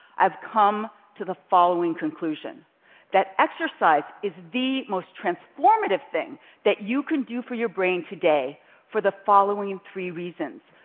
i've come to the following conclusion that exercise is the most transformative thing that you can do for your brain today for the following three reasons.